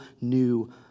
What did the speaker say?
new